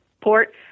port